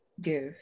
give